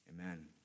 Amen